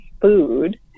food